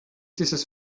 dieses